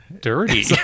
dirty